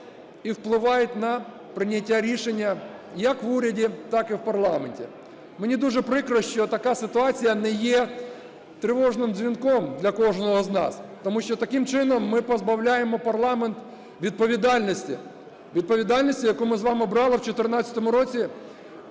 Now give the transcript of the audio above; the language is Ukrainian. і впливають на прийняття рішення як в уряді, так і в парламенті. Мені дуже прикро, що така ситуація не є тривожним дзвінком для кожного з нас. Тому що таким чином ми позбавляємо парламент відповідальності, відповідальності, яку ми з вами брали в 14-му році,